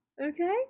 Okay